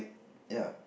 ya